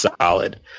solid